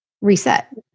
reset